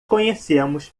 conhecemos